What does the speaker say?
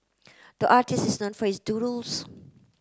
the artist is for its doodles